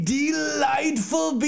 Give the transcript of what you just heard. delightful